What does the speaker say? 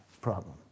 problem